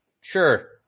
Sure